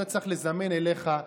אתה צריך לזמן אליך,